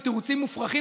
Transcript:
בתירוצים מופרכים,